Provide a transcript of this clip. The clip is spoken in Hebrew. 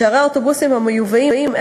שהרי האוטובוסים המיובאים,